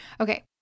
Okay